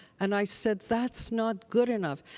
and i said, that's not good enough.